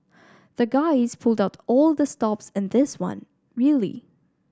the guys pulled out all the stops in this one really